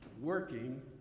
working